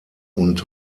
und